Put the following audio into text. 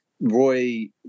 Roy